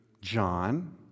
John